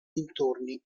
dintorni